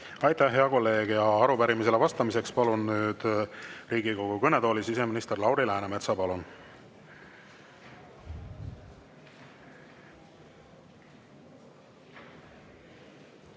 Aitäh, hea kolleeg! Arupärimisele vastamiseks palun nüüd Riigikogu kõnetooli siseminister Lauri Läänemetsa. Palun!